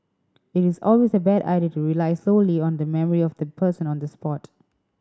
it is always a bad idea to rely solely on the memory of the person on the spot